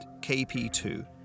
KP2